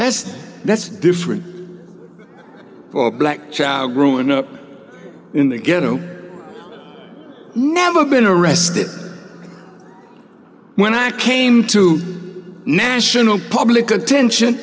as that's different for a black child growing up in the ghetto never been arrested when i came to national public attention